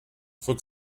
faut